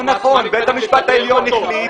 לא מנסים לגנוב שום רמזור.